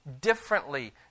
differently